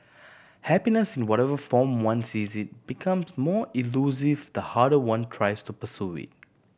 happiness in whatever form one sees it becomes more elusive the harder one tries to pursue